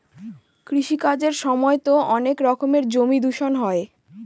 কৃষি কাজের সময়তো অনেক রকমের জমি দূষণ হয়